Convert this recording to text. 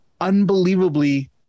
unbelievably